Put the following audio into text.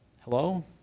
Hello